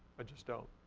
i just don't.